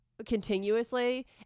continuously